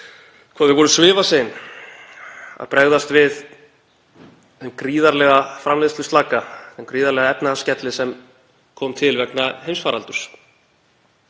stjórnvöld voru svifasein að bregðast við þeim gríðarlega framleiðsluslaka, þeim gríðarlega efnahagsskelli, sem kom til vegna heimsfaraldurs.